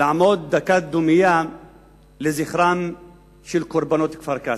לעמוד דקת דומייה לזכרם של קורבנות כפר-קאסם.